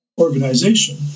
organization